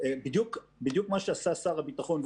בדיוק מה שעשה שר הביטחון,